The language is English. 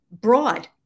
broad